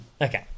Okay